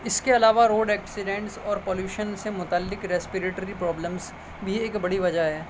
اس کے علاوہ road accidents اور پالیوشن سے متعلق ریسپریٹری پرابلمس بھی ایک بڑی وجہ ہے